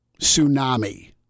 tsunami